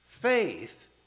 Faith